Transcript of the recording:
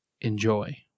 enjoy